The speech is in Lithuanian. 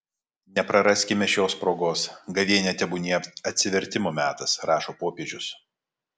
nepraraskime šios progos gavėnia tebūnie atsivertimo metas rašo popiežius